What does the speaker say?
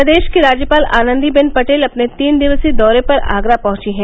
प्रदेश की राज्यपाल आनंदी बेन पटेल अपने तीन दिवसीय दौरे पर आगरा पहुंची है